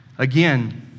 Again